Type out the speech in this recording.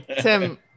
Tim